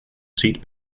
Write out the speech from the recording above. seat